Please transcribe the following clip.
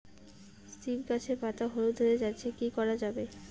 সীম গাছের পাতা হলুদ হয়ে যাচ্ছে কি করা যাবে?